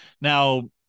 Now